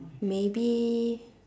maybe